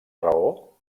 raó